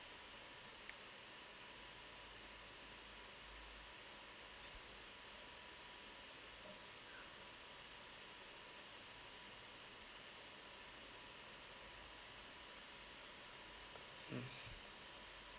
mm